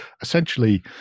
essentially